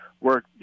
work